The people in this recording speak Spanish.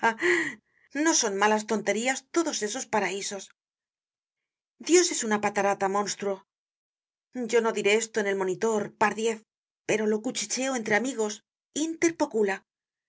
no son malas tonterías todos esos paraisos dios es una patarata monstruo yo no diré esto en el mvnitor pardiez pero lo cuchicheo entre amigos